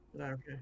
Okay